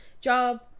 job